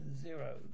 zero